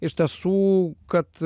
iš tiesų kad